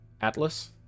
Atlas